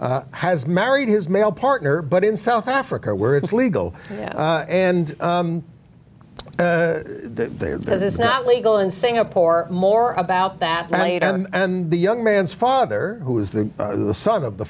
hugh has married his male partner but in south africa where it's legal and because it's not legal in singapore more about that and the young man's father who is the son of the